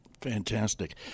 Fantastic